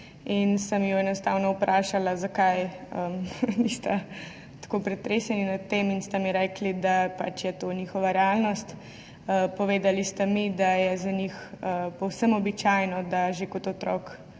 in sem ju enostavno vprašala, zakaj nista tako pretreseni nad tem. Rekli sta mi, da je to pač njihova realnost. Povedali sta mi, da je za njih povsem običajno, da že kot otrok